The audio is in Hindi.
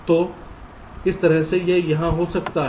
तो इस तरह से यह हो सकता है